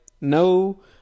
no